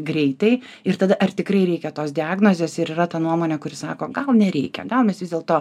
greitai ir tada ar tikrai reikia tos diagnozės ir yra ta nuomonė kuri sako gal nereikia gal mes vis dėlto